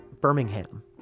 Birmingham